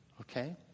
Okay